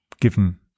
given